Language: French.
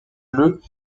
bleus